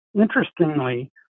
Interestingly